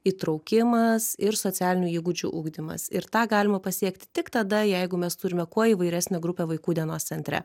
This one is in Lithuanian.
įtraukimas ir socialinių įgūdžių ugdymas ir tą galima pasiekti tik tada jeigu mes turime kuo įvairesnę grupę vaikų dienos centre